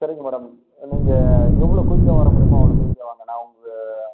சரிங்க மேடம் நீங்கள் எவ்வளோ குயிக்காக வர முடியுமோ அவ்வளோ குயிக்காக வாங்க நான் உங்கள்